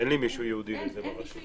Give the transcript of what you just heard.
אין לי מישהו ייעודי לזה ברשות.